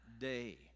day